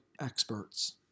experts